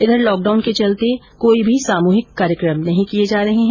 उधर लॉकडाउन के चलते इस मौके पर कोई भी सामूहिक कार्यक्रम नहीं किए जा रहे है